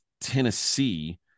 Tennessee